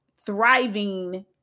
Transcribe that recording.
thriving